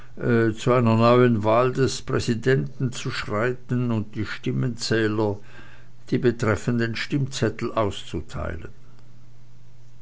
zu einer neuen wahl des präsidenten zu schreiten und die stimmenzähler die betreffenden stimmzettel auszuteilen